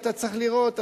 אתה צריך לראות,